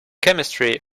chemistry